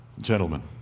gentlemen